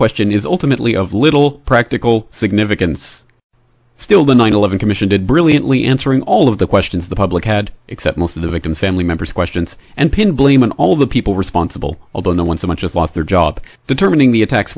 question is ultimately of little practical significance still the nine eleven commission did brilliantly answering all of the questions the public had except most of the victims family members questions and pin blame on all the people responsible although no one so much as lost their job determining the attacks